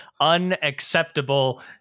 unacceptable